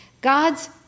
God's